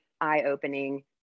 eye-opening